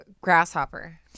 grasshopper